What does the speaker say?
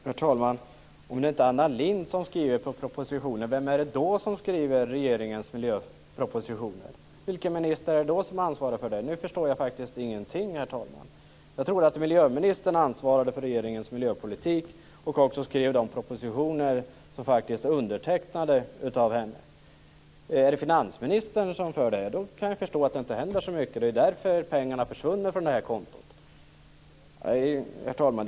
Herr talman! Vem är det som skriver regeringens miljöpropositioner om det inte är Anna Lindh? Vilken minister är det då som är ansvarig för det? Nu förstår jag faktiskt ingenting, herr talman. Jag trodde att miljöministern ansvarade för regeringens miljöpolitik och skrev de propositioner som faktiskt är undertecknade av henne. Är det finansministern som gör det? I så fall kan jag förstå att det inte händer så mycket. Det är därför pengarna har försvunnit från detta konto. Herr talman!